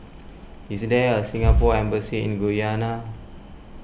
is there a Singapore Embassy in Guyana